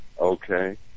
Okay